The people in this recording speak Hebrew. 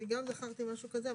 אני גם זכרתי משהו כזה,